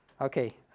Okay